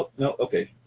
ah no, okay,